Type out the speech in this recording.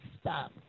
stop